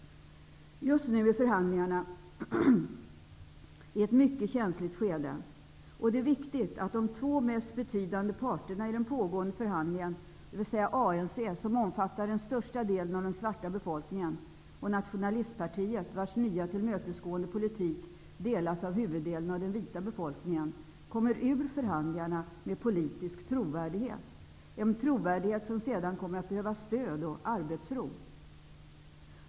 Just nu är förhandlingarna i ett mycket känsligt skede. Det är viktigt att de två mest betydande parterna i den pågående förhandlingen, dvs. ANC, som omfattar den största delen av den svarta befolkningen, och nationalistpartiet, vars nya tillmötesgående politik har anslutning av huvuddelen av den vita befolkningen, kommer ur förhandlingarna med politisk trovärdighet, en trovärdighet som sedan kommer att behöva stöd och arbetsro.